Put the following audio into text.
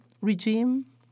regime